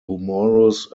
humorous